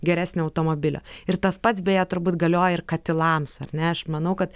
geresnio automobilio ir tas pats beje turbūt galioja ir katilams ar ne aš manau kad